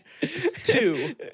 Two